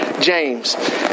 James